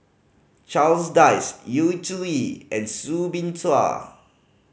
Charles Dyce Yu Zhuye and Soo Bin Chua